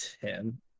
ten